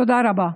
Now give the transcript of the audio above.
תודה רבה.